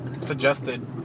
suggested